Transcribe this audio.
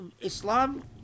Islam